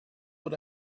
what